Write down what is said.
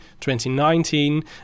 2019